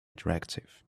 attractive